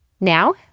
Now